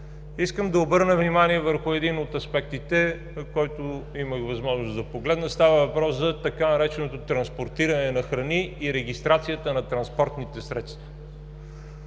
Искам да обърна внимание върху един от аспектите, който имах възможност да погледна. Става въпрос за така нареченото „транспортиране на храни“ и регистрацията на транспортните средства.